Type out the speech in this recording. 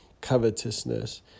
covetousness